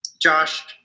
Josh